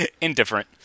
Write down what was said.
Indifferent